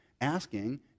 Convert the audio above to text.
asking